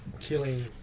Killing